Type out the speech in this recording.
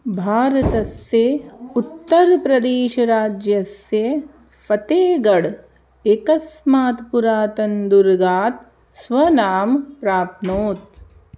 भारतस्य उत्तरप्रदेशराज्यस्य फ़तेगढ् एकस्मात् पुरातनदुर्गात् स्वनामं प्राप्नोत्